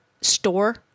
store